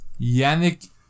Yannick